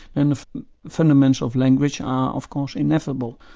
and the fundamentals of language are of course ineffable,